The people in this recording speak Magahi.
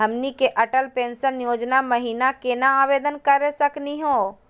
हमनी के अटल पेंसन योजना महिना केना आवेदन करे सकनी हो?